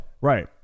Right